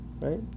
right